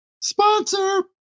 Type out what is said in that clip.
Sponsor